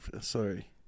Sorry